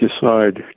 decide